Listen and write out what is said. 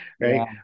right